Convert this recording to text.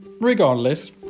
regardless